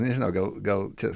nežinau gal gal čia